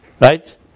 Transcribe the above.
Right